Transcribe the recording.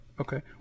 Okay